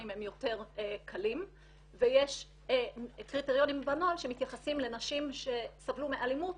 יותר קלים ויש קריטריונים בנוהל שמתייחסים לנשים שסבלו מאלימות